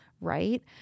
right